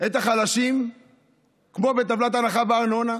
את החלשים כמו בטבלת ההנחה בארנונה?